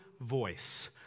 voice